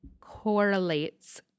correlates